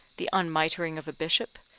the unmitring of a bishop,